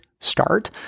start